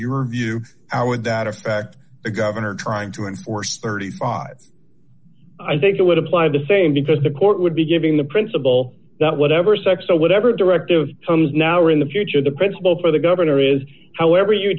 your view hour would that affect the governor trying to enforce thirty five i think it would apply the same because the court would be giving the principle that whatever sex so whatever directive comes now or in the future the principle for the governor is however you